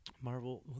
Marvel